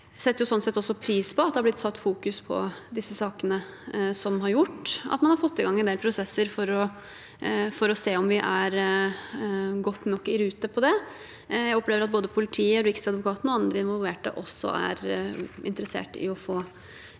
sånn sett også pris på at det er blitt fokusert på disse sakene, som har gjort at man har fått i gang en del prosesser for å se om vi er godt nok i rute på det. Jeg opplever at både politiet, Riksadvokaten og andre involverte også er interessert i å få